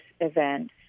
event